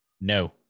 no